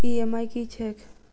EMI की छैक?